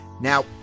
Now